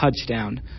touchdown